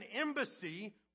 embassy